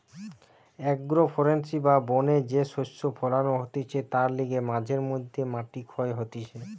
agro forestry বা বনে যে শস্য ফোলানো হতিছে তার লিগে মাঝে মধ্যে মাটি ক্ষয় হতিছে